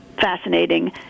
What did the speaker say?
fascinating